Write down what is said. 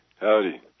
Howdy